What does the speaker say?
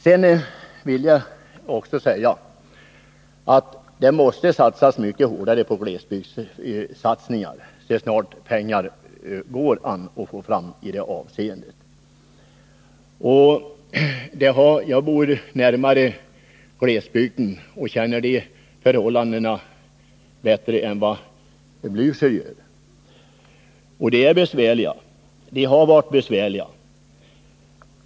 Sedan vill jag säga att det måste satsas mycket hårdare på glesbygden så snart pengar går att få fram. Jag bor närmare glesbygden och känner de förhållandena bättre än Raul Blächer. Och förhållandena har varit och är besvärliga.